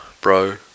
bro